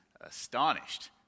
astonished